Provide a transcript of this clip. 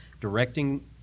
directing